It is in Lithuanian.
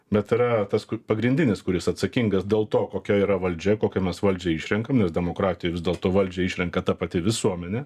bet yra tas kur pagrindinis kuris atsakingas dėl to kokia yra valdžia kokią mes valdžią išrenkam nes demokratijoj vis dėlto valdžią išrenka ta pati visuomenė